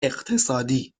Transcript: اقتصادی